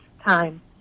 time